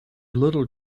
little